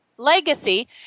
legacy